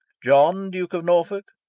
john duke of norfolk,